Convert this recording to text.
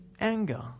anger